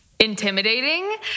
intimidating